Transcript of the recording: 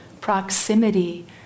proximity